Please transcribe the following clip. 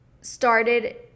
started